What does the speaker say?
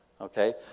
Okay